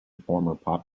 pop